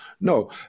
No